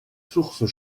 sources